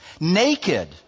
Naked